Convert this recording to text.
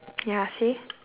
ya see